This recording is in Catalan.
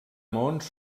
maons